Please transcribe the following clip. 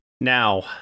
now